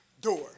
door